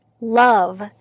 Love